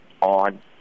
on